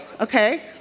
okay